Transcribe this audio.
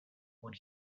when